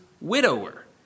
widower